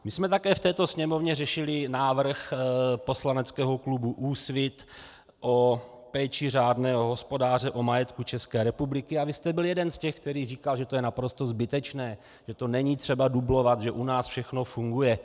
My jsme také v této Sněmovně řešili návrh poslaneckého klubu Úsvit o péči řádného hospodáře o majetek České republiky a vy jste byl jeden z těch, který říkal, že to je naprosto zbytečné, že to není třeba dublovat, že u nás všechno funguje.